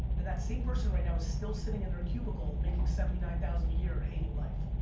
and that same person right now is still sitting in their cubicle making seventy nine thousand a year, hating life.